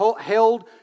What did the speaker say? held